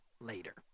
later